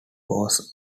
was